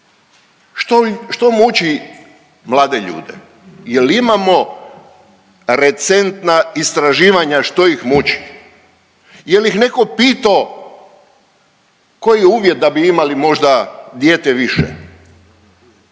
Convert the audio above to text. što muči mlade ljude? Jel imamo recentna istraživanja što ih muči? Jel ih neko pito koji je uvjet da bi imali možda dijete više?